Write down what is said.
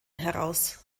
heraus